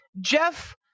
Jeff